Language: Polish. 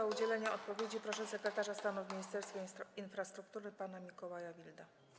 O udzielenie odpowiedzi proszę sekretarza stanu w Ministerstwie Infrastruktury pana Mikołaja Wilda.